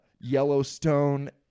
Yellowstone